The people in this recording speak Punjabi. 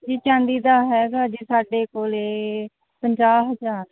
ਜੀ ਚਾਂਦੀ ਦਾ ਹੈਗਾ ਜੀ ਸਾਡੇ ਕੋਲ ਪੰਜਾਹ ਹਜ਼ਾਰ